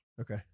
Okay